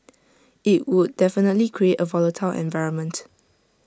IT would definitely create A volatile environment